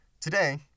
Today